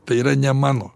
tai yra ne mano